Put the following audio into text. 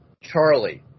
Charlie